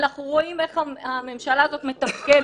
אנחנו רואים איך הממשלה הזאת מתפקדת.